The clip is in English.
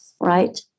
right